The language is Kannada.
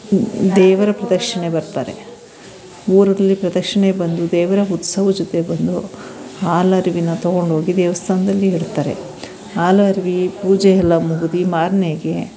ದೇವರ ಪ್ರದಕ್ಷಿಣೆ ಬರ್ತಾರೆ ಊರಲ್ಲಿ ಪ್ರದಕ್ಷಿಣೆ ಬಂದು ದೇವರ ಉತ್ಸವ ಜೊತೆ ಬಂದು ಹಾಲರವಿನ ತಗೊಂಡೋಗಿ ದೇವಸ್ಥಾನದಲ್ಲಿ ಬಿಡ್ತಾರೆ ಹಾಲರವಿ ಪೂಜೆಯೆಲ್ಲ ಮುಗಿದು ಮಾರನೆಗೆ